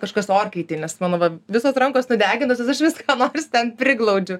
kažkas orkaitėj nes mano va visos rankos nudegintos nes aš vis ką nors ten priglaudžiu